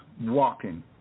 walking